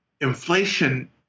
inflation